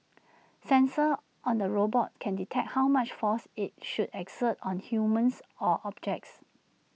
sensors on the robot can detect how much force IT should exert on humans or objects